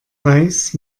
weiß